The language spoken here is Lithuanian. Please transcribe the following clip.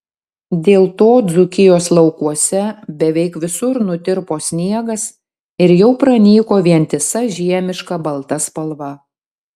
dėl to dzūkijos laukuose beveik visur nutirpo sniegas ir jau pranyko vientisa žiemiška balta spalva